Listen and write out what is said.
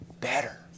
better